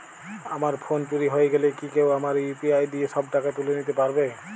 আমার ফোন চুরি হয়ে গেলে কি কেউ আমার ইউ.পি.আই দিয়ে সব টাকা তুলে নিতে পারবে?